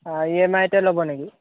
ই M আইতে ল'ব নেকি